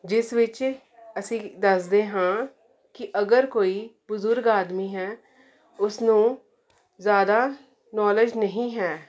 ਜਿਸ ਵਿੱਚ ਅਸੀਂ ਦੱਸਦੇ ਹਾਂ ਕਿ ਅਗਰ ਕੋਈ ਬਜ਼ੁਰਗ ਆਦਮੀ ਹੈ ਉਸਨੂੰ ਜ਼ਿਆਦਾ ਨੌਲੇਜ ਨਹੀਂ ਹੈ